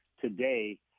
today